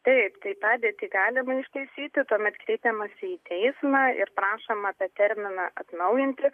taip tai padėtį galima ištaisyti tuomet kreipiamasi į teismą ir prašoma tą terminą atnaujinti